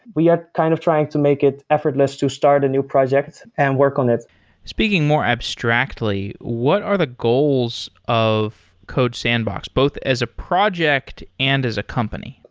we are kind of trying to make it effortless to start a new project and work on it speaking more abstractly, what are the goals of codesandbox both as a project and as a company?